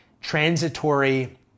transitory